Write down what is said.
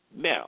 Now